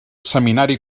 seminari